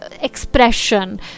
expression